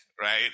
Right